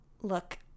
Look